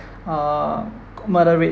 err murder rate